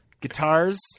guitars